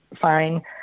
fine